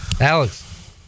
Alex